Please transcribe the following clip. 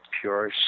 pure